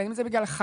בין אם זה בגלל חג.